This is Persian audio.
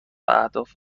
اهداف